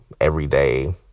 everyday